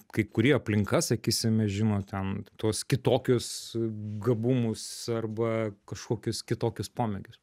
kai kurie aplinka sakysime žino ten tuos kitokius gabumus arba kažkokius kitokius pomėgius